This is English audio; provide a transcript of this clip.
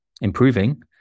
improving